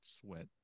sweat